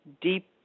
deep